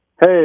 Hey